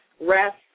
rest